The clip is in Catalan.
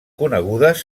conegudes